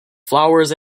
flowers